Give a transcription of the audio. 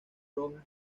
rojas